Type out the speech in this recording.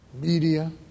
media